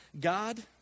God